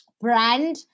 brand